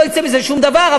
לא יצא מזה שום דבר,